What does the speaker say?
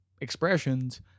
expressions